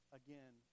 again